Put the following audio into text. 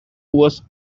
was